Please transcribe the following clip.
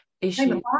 issue